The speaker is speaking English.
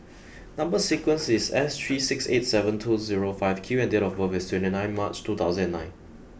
number sequence is S three six eight seven two zero five Q and date of birth is twenty nine March two thousand and nine